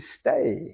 stay